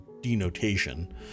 denotation